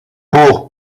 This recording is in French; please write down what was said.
pour